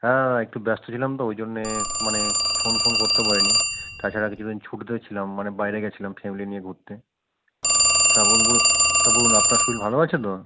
হ্যাঁ দাদা একটু ব্যস্ত ছিলাম তো ওই জন্যে মানে ফোন করতে পারিনি তাছাড়া কিছুদিন ছুটিতে ছিলাম মানে বাইরে গেছিলাম ফ্যামিলি নিয়ে ঘুরতে তা বলুন তারপর বলুন আপনার শরীর ভালো আছে তো